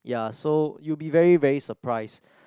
ya so you'll be very very surprised